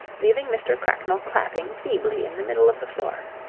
leaving mr. cracknell clapping feebly in the middle of the floor.